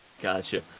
Gotcha